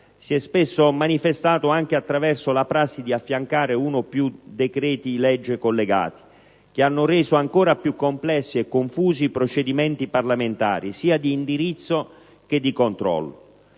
si è spesso manifestato anche attraverso la prassi di affiancare uno o più decreti-legge collegati, che hanno reso ancora più complessi e confusi i procedimenti parlamentari, sia di indirizzo che di controllo.